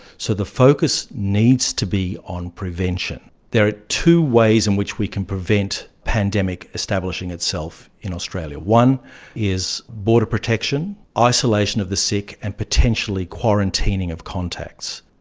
so the focus needs to be on prevention. there are two ways in which we can prevent pandemic establishing itself in australia. one is border protection, isolation of the sick and potentially quarantining of contacts.